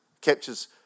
captures